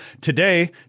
today